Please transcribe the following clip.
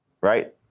Right